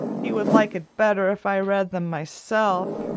he would like it better if i read them myself,